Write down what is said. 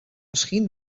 misschien